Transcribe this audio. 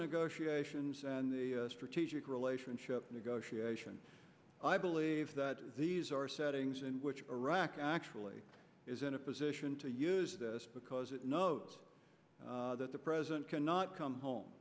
negotiations and the strategic relationship negotiation i believe that these are settings in which iraq actually is in a position to use this because it knows that the president cannot come home